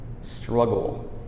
struggle